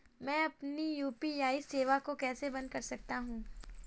मैं अपनी यू.पी.आई सेवा को कैसे बंद कर सकता हूँ?